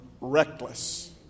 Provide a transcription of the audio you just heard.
reckless